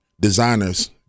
designers